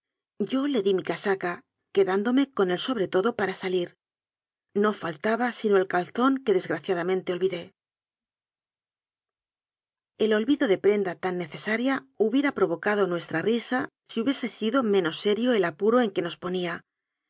yo le di mi casaca quedándome con el sobretodo solo para salir no faltaba sino el cal zón que desgraciadamente olvidé el olvido de prenda tan necesaria hubiera pro vocado nuestra risa si hubiese sido menos serio el apuro en que nos ponía